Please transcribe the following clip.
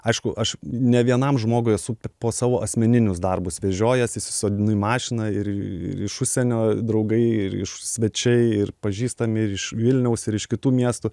aišku aš ne vienam žmogui esu po savo asmeninius darbus vežiojęs įsisodinu į mašiną ir ir iš užsienio draugai ir iš svečiai ir pažįstami ir iš vilniaus ir iš kitų miestų